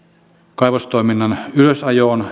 kaivostoiminnan ylösajoon